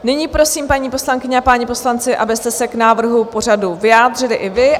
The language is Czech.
Nyní prosím, paní poslankyně a páni poslanci, abyste se k návrhu pořadu vyjádřili i vy.